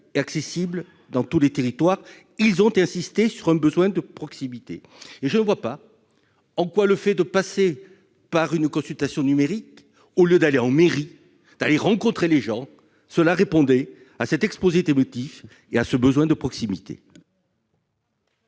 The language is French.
et accessibles dans tous les territoires. Ils ont insisté sur un besoin de proximité [...]» Je ne vois pas en quoi le fait de passer par une consultation numérique au lieu d'aller en mairie et de rencontrer les gens répond à cet exposé des motifs et à ce besoin de proximité.